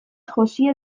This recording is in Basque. josia